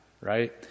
right